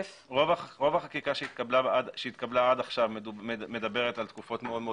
רוב החקיקה שהתקבלה עד עכשיו מדברת על תקופות מאוד מאוד